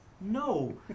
No